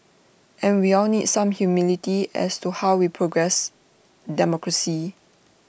and we all need some humility as to how we progress democracy